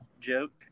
joke